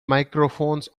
microphones